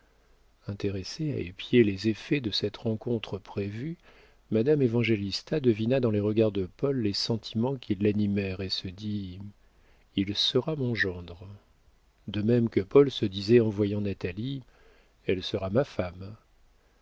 intéressée à épier les effets de cette rencontre prévue madame évangélista devina dans les regards de paul les sentiments qui l'animaient et se dit il sera mon gendre de même que paul se disait en voyant natalie elle sera ma femme